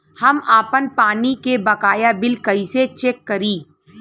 हम आपन पानी के बकाया बिल कईसे चेक करी?